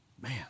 Man